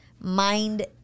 mind